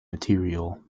material